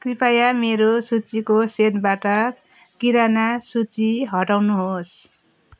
कृपया मेरो सूचीको सेटबाट किराना सूची हटाउनुहोस्